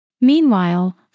Meanwhile